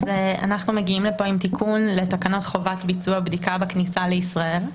אנחנו מגיעים לכאן עם תיקון לתקנות חובת ביצוע בדיקה בכניסה לישראל,